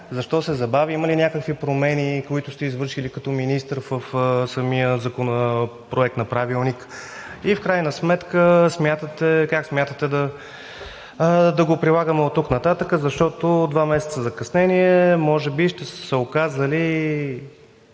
защо се забави? Има ли някакви промени, които сте извършили като министър в самия проект на Правилник? И в крайна сметка как смятате да го прилагаме оттук нататък, защото два месеца закъснение може би ще са се оказали